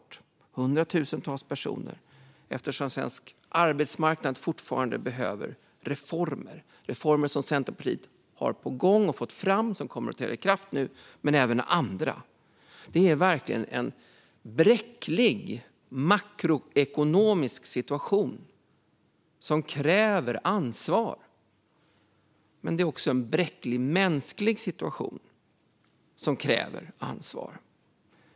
Det handlar om hundratusentals personer eftersom svensk arbetsmarknad fortfarande behöver reformer, reformer som Centerpartiet har på gång och har fått fram och som kommer att träda i kraft nu, men även andra. Det är verkligen en bräcklig makroekonomisk situation som kräver ansvar. Men det är också en bräcklig mänsklig situation som kräver ansvar.